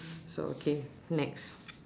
so okay next